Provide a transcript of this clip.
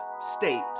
state